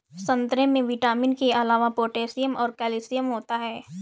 संतरे में विटामिन के अलावा पोटैशियम और कैल्शियम होता है